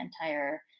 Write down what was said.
entire